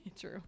True